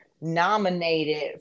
nominated